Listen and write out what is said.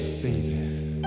baby